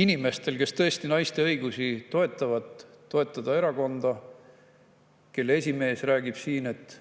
inimestel, kes tõesti naiste õigusi toetavad, toetada erakonda, kelle esimees räägib siin, et